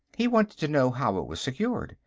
he wanted to know how it was secured,